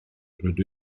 rydw